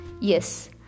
Yes